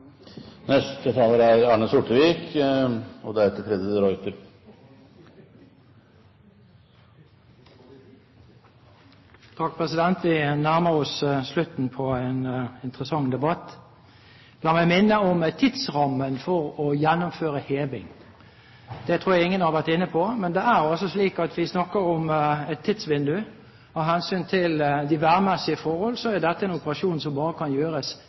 Vi nærmer oss slutten på en interessant debatt. La meg minne om tidsrammen for å gjennomføre heving. Det tror jeg ingen har vært inne på. Men det er altså slik at vi snakker om et tidsvindu. Av hensyn til de værmessige forhold er dette en operasjon som bare kan gjøres